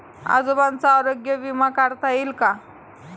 आजोबांचा आरोग्य विमा काढता येईल का?